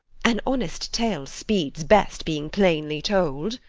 an honest tale speeds best being plainly told.